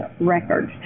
records